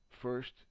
first